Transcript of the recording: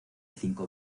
cinco